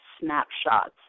snapshots